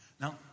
Now